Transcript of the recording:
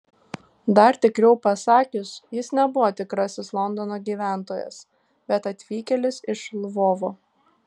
dar tikriau pasakius jis nebuvo tikrasis londono gyventojas bet atvykėlis iš lvovo